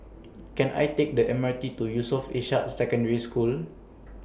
Can I Take The M R T to Yusof Ishak Secondary School